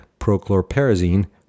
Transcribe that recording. prochlorperazine